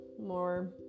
more